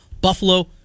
Buffalo